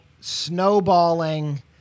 snowballing